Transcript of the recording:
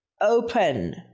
open